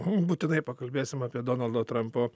būtinai pakalbėsim apie donaldo trampo